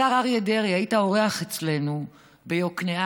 השר אריה דרעי, היית אורח אצלנו ביקנעם,